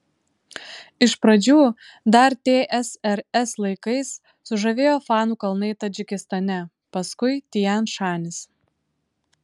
iš pradžių dar tsrs laikais sužavėjo fanų kalnai tadžikistane paskui tian šanis